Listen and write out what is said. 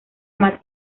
más